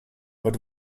but